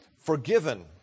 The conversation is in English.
Forgiven